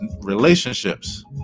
relationships